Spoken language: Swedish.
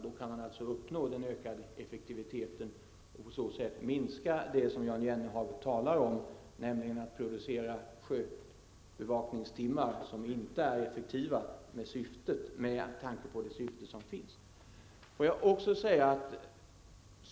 Då kan man alltså uppnå den ökade effektiviteten och minska det som Jan Jennehag talar om, nämligen att producera sjöbevakningstimmar som inte är effektiva med tanke på syftet.